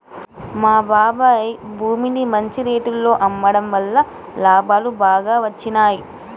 మా బాబాయ్ భూమిని మంచి రేటులో అమ్మడం వల్ల లాభాలు బాగా వచ్చినియ్యి